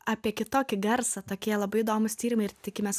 apie kitokį garsą tokie labai įdomūs tyrimai ir tikimės